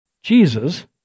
Jesus